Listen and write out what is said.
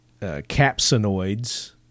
capsinoids